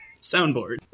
soundboard